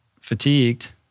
fatigued